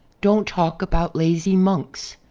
don't talk about lazy monks.